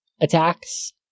attacks